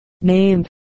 named